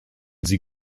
sie